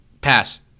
Pass